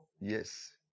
yes